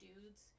dudes